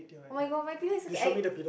oh-my-god my pillow is so~